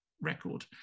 record